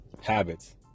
Habits